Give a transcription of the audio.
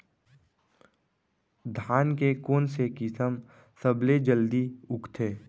धान के कोन से किसम सबसे जलदी उगथे?